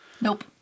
Nope